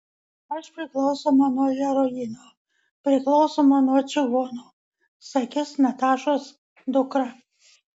aš priklausoma nuo heroino priklausoma nuo čigonų sakys natašos dukra